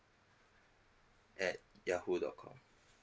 at yahoo dot com